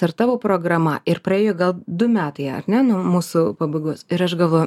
ar tavo programa ir praėjo gal du metai ar ne nuo mūsų pabaigos ir aš galvoju